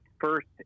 first